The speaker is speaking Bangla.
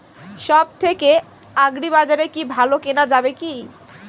সব থেকে আগ্রিবাজারে কি ভালো কেনা যাবে কি?